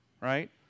right